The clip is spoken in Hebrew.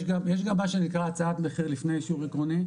יש גם מה שנקרא הצעת מחיר לפני אישור עקרוני,